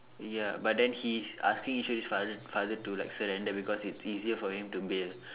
ya but then he is asking Eswari's father father to like surrender because it's easier for him to bail